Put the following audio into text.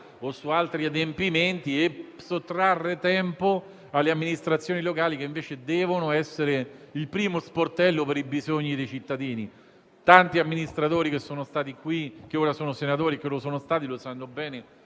o altri adempimenti, e sottrarre tempo alle amministrazioni locali, che invece devono essere il primo sportello per i bisogni dei cittadini. Tanti amministratori che ora sono senatori o che lo sono stati sanno bene